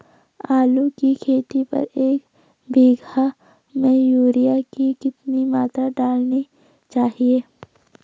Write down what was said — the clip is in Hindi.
आलू की खेती पर एक बीघा में यूरिया की कितनी मात्रा डालनी चाहिए?